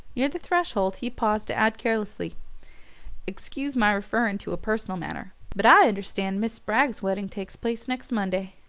near the threshold he paused to add carelessly excuse my referring to a personal matter but i understand miss spragg's wedding takes place next monday.